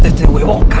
didn't we? we